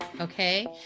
Okay